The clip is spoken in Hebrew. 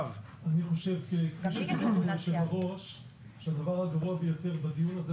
אני חושב שהדבר הגרוע ביותר בדיון הזה,